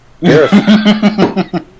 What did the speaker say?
Yes